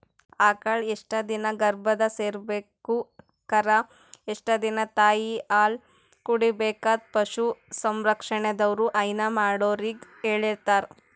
ಆಕಳ್ ಎಷ್ಟ್ ದಿನಾ ಗರ್ಭಧರ್ಸ್ಬೇಕು ಕರಾ ಎಷ್ಟ್ ದಿನಾ ತಾಯಿಹಾಲ್ ಕುಡಿಬೆಕಂತ್ ಪಶು ಸಂರಕ್ಷಣೆದವ್ರು ಹೈನಾ ಮಾಡೊರಿಗ್ ಹೇಳಿರ್ತಾರ್